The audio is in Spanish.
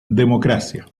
democracia